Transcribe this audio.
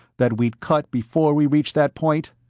that we'd cut before we reached that point?